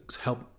help